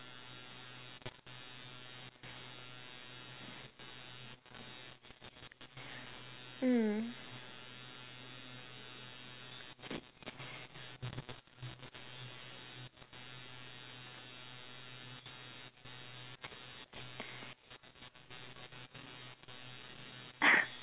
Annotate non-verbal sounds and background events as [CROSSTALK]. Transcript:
hmm [LAUGHS]